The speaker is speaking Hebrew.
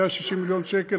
160 מיליון שקל,